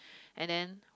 and then